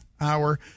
hour